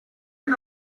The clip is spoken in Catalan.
per